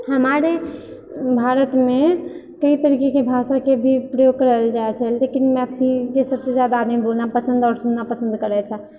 हमारे भारतमे कइ तरीकेके भाषाके भी प्रयोग करल जाय छै लेकिन मैथिलीके सबसँ जादा बोलना पसन्द आओर नापसन्द करैत छै